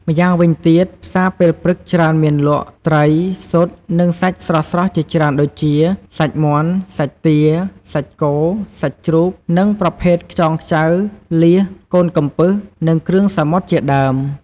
ម្យ៉ាងវិញទៀតផ្សារពេលព្រឹកច្រើនមានលក់ ត្រី ស៊ុត និងសាច់ស្រស់ៗជាច្រើនដូចជា សាច់មាន់ សាច់ទា សាច់គោ សាច់ជ្រូក និងប្រភេទ ខ្យងខ្ចៅ លៀស កូនកំពឹសនិងគ្រឿងសមុទ្រជាដើម។